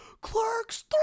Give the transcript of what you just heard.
clerks